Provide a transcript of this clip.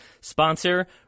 sponsor